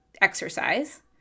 exercise